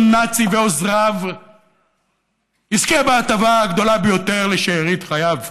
נאצי ועוזריו יזכה בהטבה הגדולה ביותר לשארית חייו.